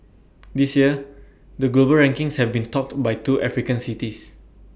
this year the global rankings has been topped by two African cities